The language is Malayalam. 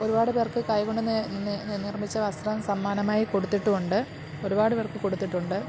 ഒരുപാട് പേർക്ക് കൈകൊണ്ട് തന്നെ നിർമ്മിച്ച വസ്ത്രം സമ്മാനമായി കൊടുത്തിട്ടും ഉണ്ട് ഒരുപാട് പേർക്ക് കൊടുത്തിട്ടുണ്ട്